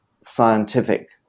scientific